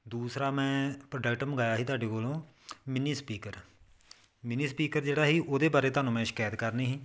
ਦੂਸਰਾ ਮੈਂ ਪ੍ਰੋਡਕਟ ਮੰਗਾਇਆ ਸੀ ਤੁਹਾਡੇ ਕੋਲੋਂ ਮਿੰਨੀ ਸਪੀਕਰ ਮਿੰਨੀ ਸਪੀਕਰ ਜਿਹੜਾ ਸੀ ਉਹਦੇ ਬਾਰੇ ਤੁਹਾਨੂੰ ਮੈਂ ਸ਼ਿਕਾਇਤ ਕਰਨੀ ਸੀ